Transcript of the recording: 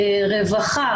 רווחה,